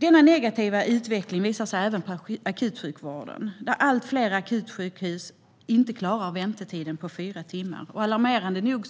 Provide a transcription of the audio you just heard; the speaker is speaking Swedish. Denna negativa utveckling visar sig även i akutsjukvården. Allt fler akutsjukhus klarar inte den maximala väntetiden på fyra timmar. Alarmerande nog